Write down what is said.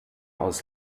aus